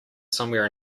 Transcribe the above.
somewhere